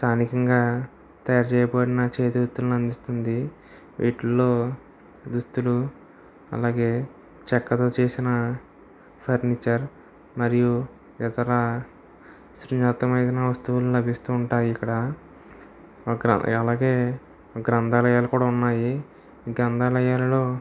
స్థానికంగా తయారు చేయబడిన చేతివృత్తులను అందిస్తుంది వీటిలో దుస్తులు అలాగే చెక్కతో చేసిన ఫర్నిచర్ మరియు ఇతర శ్రీనాథమైన వస్తువులు లభిస్తూ ఉంటాయి ఇక్కడ అక్కడ అలాగే గ్రంధాలయాలు కూడా ఉన్నాయి గ్రంధాలయాల్లో